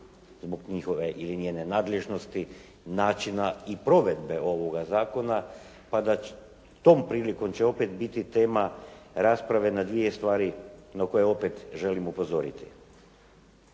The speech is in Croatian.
zbog njihove ili njene nadležnosti, načina i provedbe ovoga zakona pa da tom prilikom će opet biti tema rasprave na dvije stvari na koje opet želim upozoriti.